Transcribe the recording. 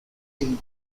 team